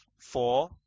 four